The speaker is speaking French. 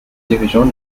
dirigeant